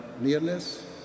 nearness